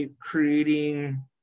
creating